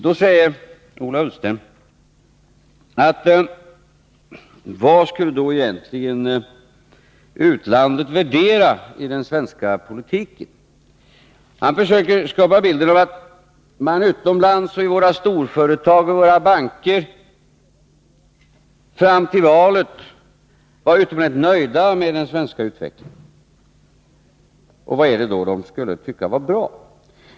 Då undrar Ola Ullsten vad utlandet egentligen skulle värdera i den svenska politiken. Han försöker skapa bilden av att man utomlands och i våra storföretag och banker fram till valet var utomordentligt nöjda med den svenska utvecklingen. Och vad är det då de skulle tycka vara bra?